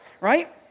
right